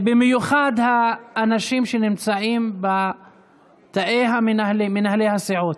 במיוחד האנשים שנמצאים בתאי מנהלי הסיעות.